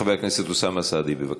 חבר הכנסת אוסאמה סעדי, בבקשה.